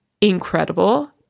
incredible